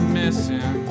missing